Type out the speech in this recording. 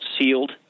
sealed